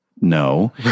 No